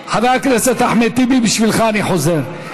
חבר הכנסת אחמד טיבי, בשבילך אני חוזר.